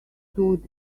stood